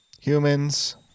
Humans